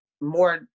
more